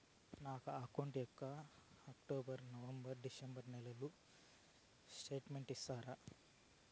నా అకౌంట్ యొక్క October, November, December నెలల స్టేట్మెంట్ ఇస్తారా?